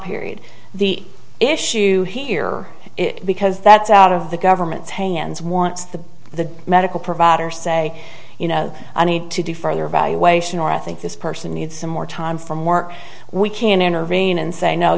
period the issue here because that's out of the government's hands once the the medical providers say you know i need to do further evaluation or i think this person needs some more time from work we can intervene and say no